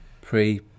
pre